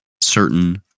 certain